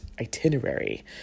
itinerary